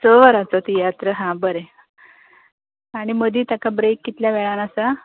स वरांचो तियात्र हां बरें हां आनी मदी ताका ब्रेक कितल्या वेळार आसा